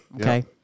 Okay